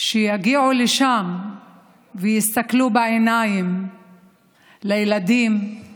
שיגיעו לשם ויסתכלו בעיניים לילדים,